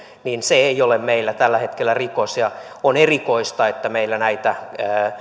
ei ole meillä tällä hetkellä rikos on erikoista meillä näitä